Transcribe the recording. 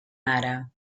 ara